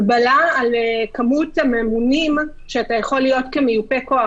הגבלה על כמות הממונים שאתה יכול להיות כמיופה כוח.